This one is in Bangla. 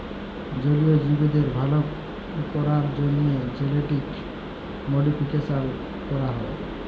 জলীয় জীবদের ভাল ক্যরার জ্যনহে জেলেটিক মডিফিকেশাল ক্যরা হয়